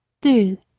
do,